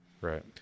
right